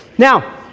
Now